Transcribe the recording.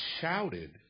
shouted